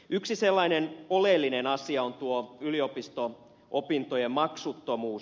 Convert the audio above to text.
yksi sellainen oleellinen asia on tuo yliopisto opintojen maksuttomuus